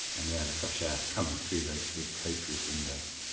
and yeah, the fresh air coming through those big coach roof windows,